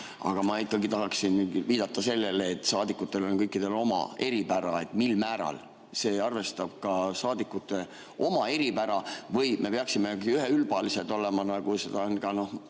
Aga ma ikkagi tahaksin viidata sellele, et saadikutel on kõikidel oma eripära. Mil määral see arvestab ka saadikute eripära? Või me peaksimegi üheülbalised olema, nagu seda ollakse